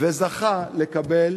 וזכה לקבל